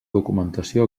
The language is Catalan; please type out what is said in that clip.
documentació